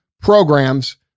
programs